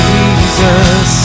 Jesus